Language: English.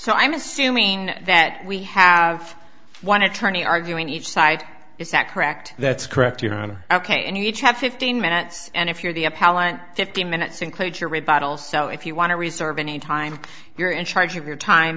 so i'm assuming that we have one attorney arguing each side is that correct that's correct your honor ok and you each have fifteen minutes and if you're the appellant fifteen minutes include your rebuttals so if you want to reserve any time you're in charge of your time